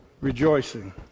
Rejoicing